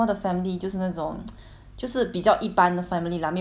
就是比较一般的 family lah 没有很 rich 也没有很 poor 的那种